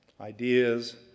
ideas